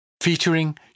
Featuring